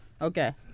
okay